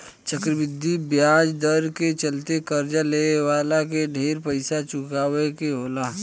चक्रवृद्धि ब्याज दर के चलते कर्जा लेवे वाला के ढेर पइसा चुकावे के होला